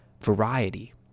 variety